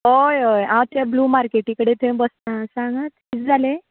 हय हय हांव ते ब्लू मार्केटी कडेन थंय बसतां आं सांगात कितें जालें